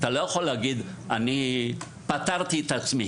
אתה לא יכול להגיד: "אני פטרתי את עצמי.